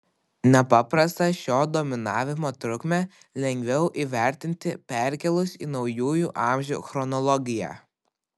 nepaprastą šio dominavimo trukmę lengviau įvertinti perkėlus į naujųjų amžių chronologiją